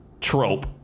trope